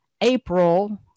April